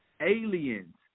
Aliens